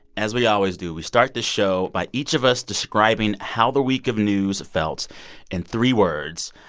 as we always do, we start the show by each of us describing how the week of news felt in three words.